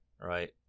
Right